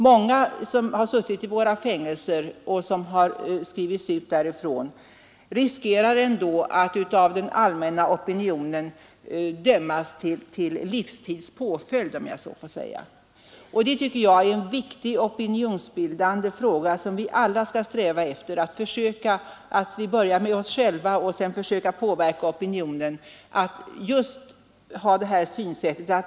Många som har suttit i våra fängelser och skrivits ut därifrån riskerar att av den allmänna opinionen dömas till livstids påföljd, om jag så får säga. På den punkten tycker jag det är viktigt att vi alla strävar efter att försöka påverka opinionen och då börjar med oss själva.